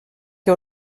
que